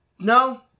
No